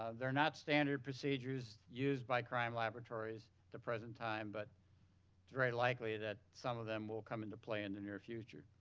ah they're not standard procedures used by crime laboratories at the present time but it's very likely that some of them will come into play in the near future.